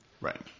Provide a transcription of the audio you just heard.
Right